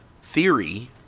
theory